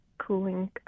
cooling